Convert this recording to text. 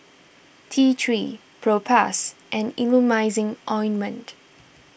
T three Propass and Emulsying Ointment